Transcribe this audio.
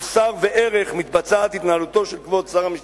מוסר וערך מתבצעת התנהלותו של כבוד שר המשפטים.